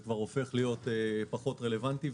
הופך להיות פחות רלוונטי,